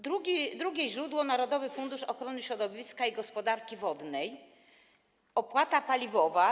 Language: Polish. Drugie źródło - Narodowy Fundusz Ochrony Środowiska i Gospodarki Wodnej, opłata paliwowa.